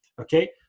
okay